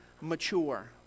mature